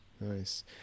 Nice